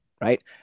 right